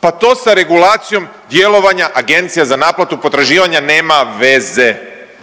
pa to sa regulacijom djelovanja agencija za naplatu potraživanja nema veze.